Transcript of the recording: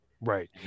Right